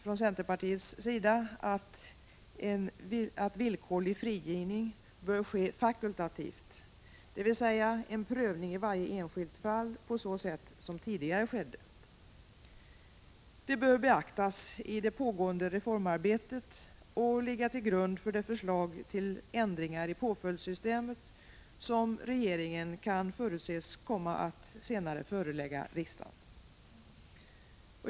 Från centerpartiets sida menar vi dock att villkorlig frigivning bör ske fakultativt, dvs. en prövning i varje enskilt fall på så sätt som skedde tidigare. Detta bör beaktas i det pågående reformarbetet och ligga till grund för det förslag till ändringar i påföljdssystemet som regeringen kan förutses komma att senare förelägga riksdagen.